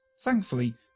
Thankfully